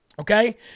okay